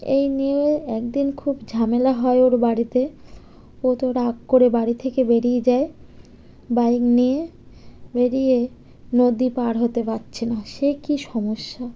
এই নিয়ে একদিন খুব ঝামেলা হয় ওর বাড়িতে ও তো রাগ করে বাড়ি থেকে বেরিয়ে যায় বাইক নিয়ে বেরিয়ে নদী পার হতে পারছে না সে কী সমস্যা